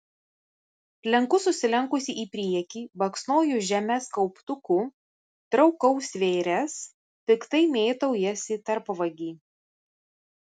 slenku susilenkusi į priekį baksnoju žemes kauptuku traukau svėres piktai mėtau jas į tarpvagį